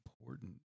important